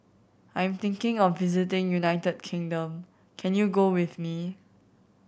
I'm thinking of visiting United Kingdom can you go with me